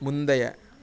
முந்தைய